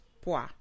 pois